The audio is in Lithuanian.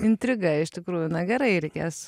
intriga iš tikrųjų na gerai reikės